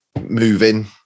moving